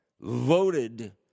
voted